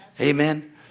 Amen